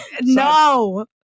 No